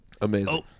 Amazing